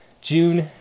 June